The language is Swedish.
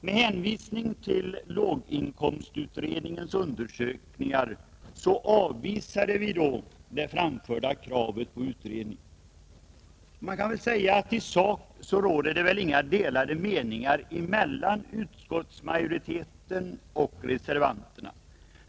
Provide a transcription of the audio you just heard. Med hänvisning till låginkomstutredningens undersökningar avvisade vi då det framförda kravet på utredning. Man kan väl säga att i sak råder det inga delade meningar mellan utskottsmajoriteten och reservanterna.